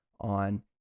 on